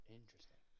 Interesting